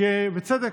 בצדק,